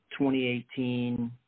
2018